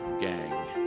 gang